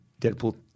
Deadpool